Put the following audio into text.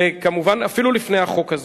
וכמובן אפילו לפני החוק הזה.